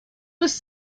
was